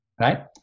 Right